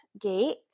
gate